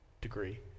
degree